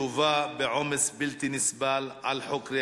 אלימות כלפי